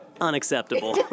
unacceptable